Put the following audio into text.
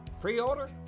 Pre-order